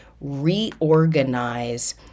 reorganize